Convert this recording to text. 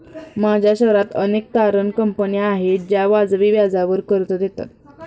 माझ्या शहरात अनेक तारण कंपन्या आहेत ज्या वाजवी व्याजावर कर्ज देतात